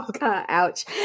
Ouch